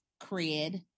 Cred